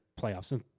playoffs